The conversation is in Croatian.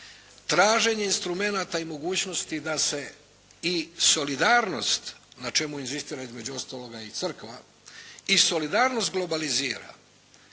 traženje instrumenata i mogućnosti da se i solidarnost na čemu inzistira između ostaloga i crkva i solidarnost globalizira